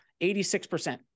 86%